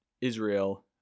Israel